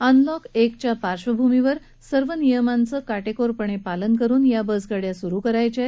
unlock एकच्या पार्बभूमीवर सर्व नियमांचे काटेकोरपणे पालन करून या बसेस सूरु करायाच्या आहेत